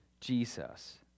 Jesus